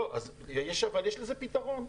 אבל יש לזה פתרון.